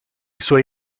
suoi